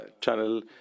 channel